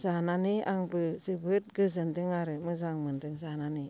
जानानै आंबो जोबोद गोजोनदों आरो मोजां मोनदों जानानै